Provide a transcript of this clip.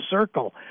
circle